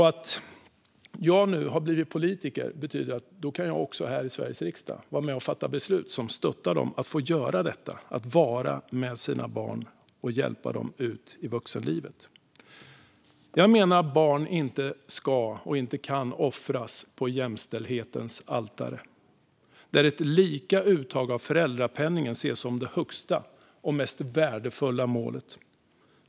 Att jag nu har blivit politiker betyder att jag också här i Sveriges riksdag kan vara med och fatta beslut som stöttar dem i att få göra detta, att få vara med sina barn och hjälpa dem ut i vuxenlivet. Jag menar att barn inte ska och inte kan offras på jämställdhetens altare, där ett lika uttag av föräldrapenningen ses som det högsta och mest värdefulla målet.